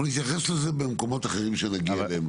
נתייחס לזה במקומות אחרים כשנגיע אליהם.